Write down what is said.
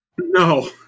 No